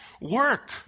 work